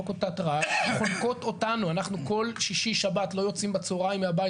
כל שישי שבת אנחנו לא יוצאים מהבית בצוהריים,